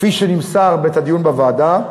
כפי שנמסר בדיון בוועדה,